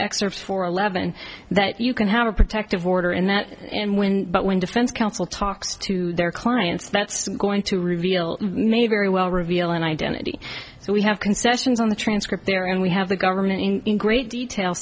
excerpts for eleven that you can have a protective order in that and when but when defense counsel talks to their clients that's going to reveal may very well reveal an identity so we have concessions on the transcript there and we have the government in great detail